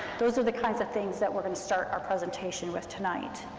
those are the kinds of things that we're going to start our presentation with tonight.